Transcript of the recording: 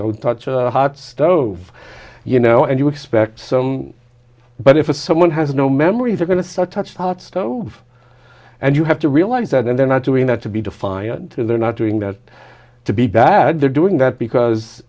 don't touch a hot stove you know and you expect so but if someone has no memories are going to start such hot stove and you have to realize that then they're not doing that to be defiant and they're not doing that to be bad they're doing that because